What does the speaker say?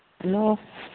hello